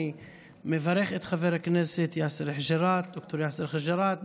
אני מברך את חבר הכנסת ד"ר יאסר חוג'יראת,